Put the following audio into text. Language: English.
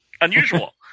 unusual